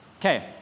Okay